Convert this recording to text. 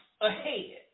ahead